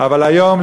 אבל היום,